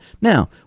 Now